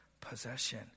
possession